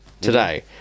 today